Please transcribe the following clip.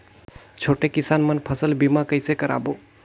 छोटे किसान मन फसल बीमा कइसे कराबो?